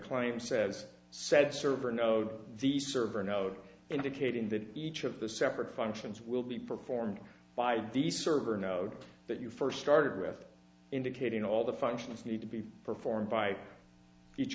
claim says said server node the server note indicating that each of the separate functions will be performed by the server node that you first started with indicating all the functions need to be performed by each